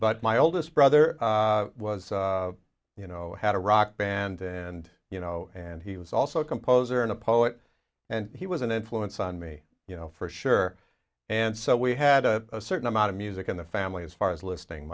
but my oldest brother was you know had a rock band and you know and he was also a composer and a poet and he was an influence on me you know for sure and so we had a certain amount of music in the family as far as listing